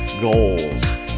goals